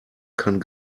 kann